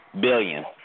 billion